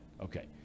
Okay